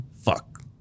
fuck